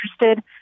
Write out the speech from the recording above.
interested